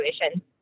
situation